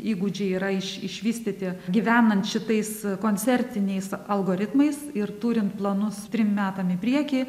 įgūdžiai yra iš išvystyti gyvenant šitais koncertiniais algoritmais ir turint planus trim metam į priekį